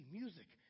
music